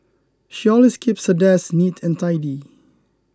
she always keeps the desk neat and tidy